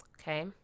okay